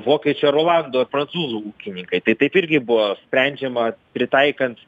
vokiečių ar olandų ar prancūzų ūkininkai tai taip irgi buvo sprendžiama pritaikant